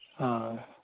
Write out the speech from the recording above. ᱦᱚᱭ